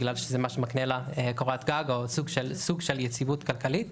בגלל שזה מה שמקנה לה קורת גג או סוג של יציבות כלכלית,